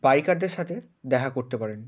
বাইকারদের সাথে দেখা করতে পারেন